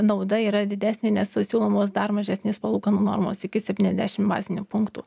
nauda yra didesnė nes siūlomos dar mažesnės palūkanų normos iki sepyniasdešim bazinių punktų